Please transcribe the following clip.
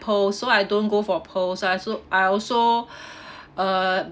pearls so I don't go for pearls I also I also uh